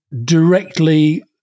directly